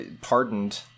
pardoned